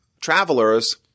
travelers